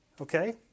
okay